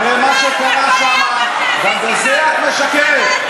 הרי מה שקרה שם, גם בזה את משקרת.